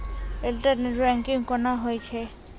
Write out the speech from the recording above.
Internet banking कोना होय छै?